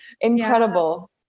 incredible